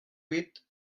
huit